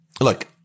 Look